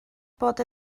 bod